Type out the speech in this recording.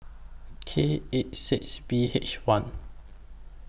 K eight six B H one